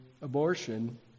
abortion